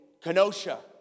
Kenosha